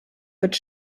wird